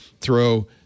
throw